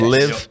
live